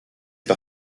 par